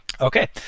Okay